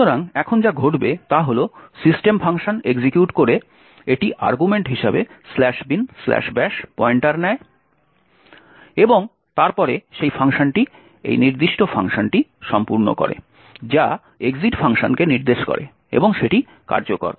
সুতরাং এখন যা ঘটবে তা হল সিস্টেম ফাংশন এক্সিকিউট করে এটি আর্গুমেন্ট হিসাবে "binbash" পয়েন্টার নেয় এবং তারপরে সেই ফাংশনটি এই নির্দিষ্ট ফাংশনটি সম্পূর্ণ করেে যা exit ফাংশনকে নির্দেশ করে এবং সেটি কার্যকর করে